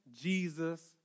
Jesus